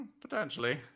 Potentially